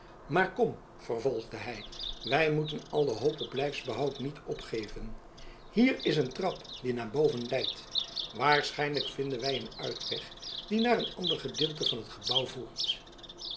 maar kom vervolgde hij wij moeten alle hoop op lijfsbehoud niet opgeven hier is een trap die naar boven leidt waarschijnlijk vinden wij een uitweg die naar een ander gedeelte van het gebouw voert